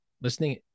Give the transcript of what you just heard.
Listening